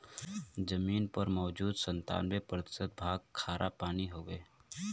जमीन पर मौजूद सत्तानबे प्रतिशत भाग खारापानी हउवे